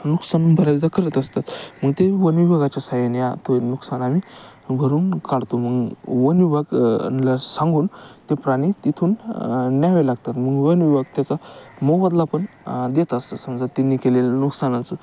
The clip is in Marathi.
नुकसान भरायला करत असतात मग ते वनविभागाच्या सहाय्याने तो नुकसान आम्ही भरून काढतो मग वनविभागाला सांगून ते प्राणी तिथून न्यावे लागतात मग वनविभाग त्याचा मोबदला पण देत असतं समजा तीने केलेलं नुकसानाचं